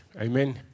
amen